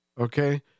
okay